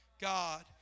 God